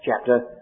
chapter